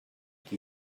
qui